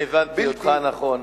אם הבנתי אותך נכון,